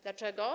Dlaczego?